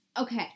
Okay